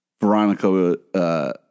Veronica